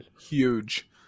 huge